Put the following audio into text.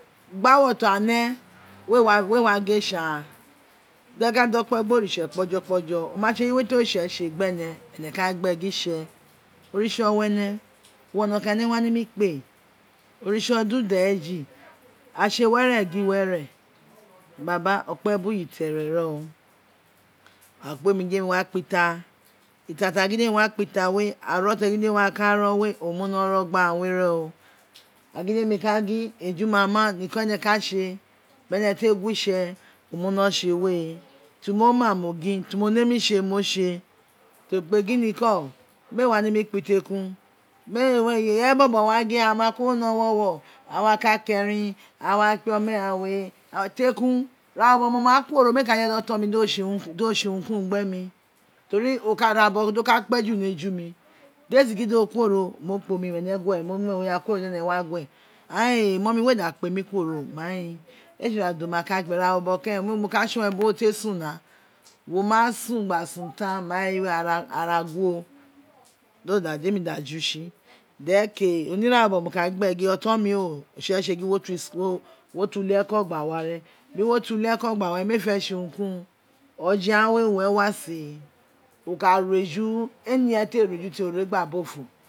Abowo ta nu wee wa we wa gin ei tse agan daka dokpe gbe ontse kpejokpo ojo oma tse eggose ti ositse tse gbene ene ka goo itse oriste owa ene uwo nokin eaal wa nemi kpe oritse oludeji atse were gin were baba okpe bin uyiritere ren o a kpe mi gin demi wa kpita tem gin deni wa ka ro we owun no ro gba ghan we ka ro a gbin eji ma ma noko eni ka tse beru te gwo itse owin mo gio bimo nemi tse mo tse ekpe giri niko mee wa nemi kpa iteku mee ir eye bobo wa gin aghan ma kuro ni owuro wuno aghan ku ko erin agha wa kpe ome ghan ghan we tekun ina bobo mo ma kuoro mre ka fe oton mi do tse urun ko unungbe m teri ira do ka kpe ji ni eja desi gin do kuoro mo kpan omi kworo di wo wa gue ain mummy wee da kpe mi ku eworo main in in ee tse ira dede mo wa kpie ira bobo keren mo ka tson biri wo de sun na wo ma sun gba sun tan mai efi we ara gwo demi da jitse dereke ni irabo bo mo ka gin oritse tse gin wo twi school wo twi uleiko gba wa mee fe tse urun ki urun oje ghan we uwo re wa see oka ra eju ee ro eji ee ne inege ti ee ro ti ore gba bo fo